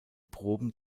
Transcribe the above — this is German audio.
proben